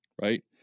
Right